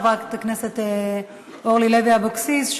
חברת הכנסת אורלי לוי אבקסיס,